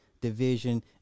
division